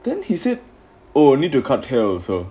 then he said oh need to cut hair also